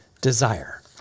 desire